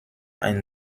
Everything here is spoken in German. ein